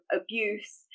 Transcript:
abuse